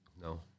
No